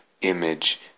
image